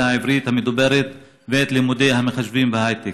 העברית המדוברת ואת לימודי המחשבים וההייטק.